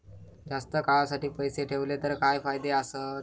जास्त काळासाठी पैसे ठेवले तर काय फायदे आसत?